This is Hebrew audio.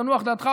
תנוח דעתך,